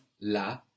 la